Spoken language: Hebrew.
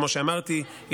כמו שאמרתי,